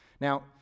Now